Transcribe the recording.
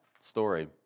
story